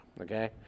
Okay